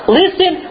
listen